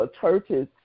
churches